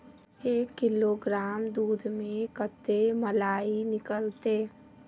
एक किलोग्राम दूध में कते मलाई निकलते?